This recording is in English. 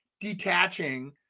detaching